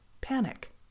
Panic